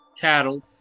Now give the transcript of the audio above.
cattle